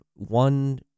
One